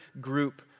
group